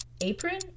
Apron